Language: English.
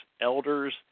elders